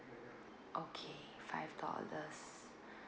okay five dollars